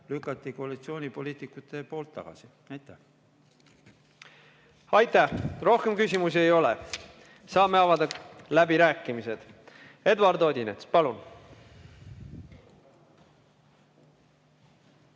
lükati koalitsioonipoliitikute poolt tagasi. Aitäh! Rohkem küsimusi ei ole. Saame avada läbirääkimised. Eduard Odinets, palun!